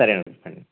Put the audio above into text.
సరే అండి సరే